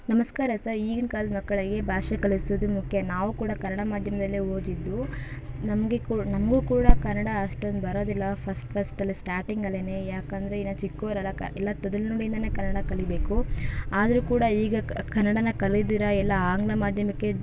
ನಮಸ್ಕಾರ ಸರ್ ಈಗಿನ ಕಾಲ್ದ ಮಕ್ಕಳಿಗೆ ಭಾಷೆ ಕಲಿಸುವುದು ಮುಖ್ಯ ನಾವೂ ಕೂಡ ಕನ್ನಡ ಮಾಧ್ಯಮದಲ್ಲೇ ಓದಿದ್ದು ನಮಗೆ ಕೂಡ ನಮಗೂ ಕೂಡ ಕನ್ನಡ ಅಷ್ಟೊಂದು ಬರೋದಿಲ್ಲ ಫಸ್ಟ್ ಫಸ್ಟಲ್ಲಿ ಸ್ಟಾರ್ಟಿಂಗಲ್ಲೆ ಯಾಕಂದರೆ ಇನ್ನೂ ಚಿಕ್ಕೋರು ಅಲ್ವ ಕ ಎಲ್ಲ ತೊದಲು ನುಡಿಯಿಂದನೇ ಕನ್ನಡ ಕಲೀಬೇಕು ಆದರೂ ಕೂಡ ಈಗ ಕನ್ನಡನ ಕಲಿದಿರಾ ಎಲ್ಲ ಆಂಗ್ಲ ಮಾಧ್ಯಮಕ್ಕೆ